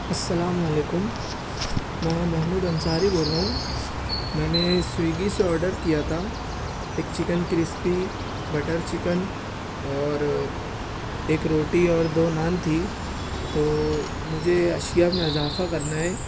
السلام علیکم میں محمود انصاری بول رہا ہوں میں نے سویگی سے آرڈر کیا تھا ایک چکن کرسپی بٹر چکن اور ایک روٹی اور دو نان تھی تو مجھے اشیا میں اضافہ کرنا ہے